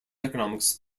economics